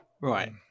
Right